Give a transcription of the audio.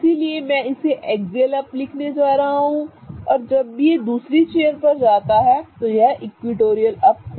इसलिए मैं इसे एक्सियल अप लिखने जा रहा हूं और जैसे ही यह दूसरी चेयर पर जाता है यह इक्विटोरियल अप हो जाता है